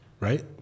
right